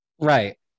Right